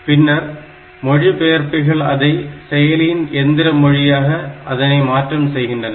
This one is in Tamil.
பின்னர் மொழிபெயர்ப்பிகள் அதை செயலியின் எந்திர மொழியாக அதனை மாற்றம் செய்கின்றன